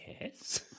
Yes